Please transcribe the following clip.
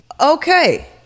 Okay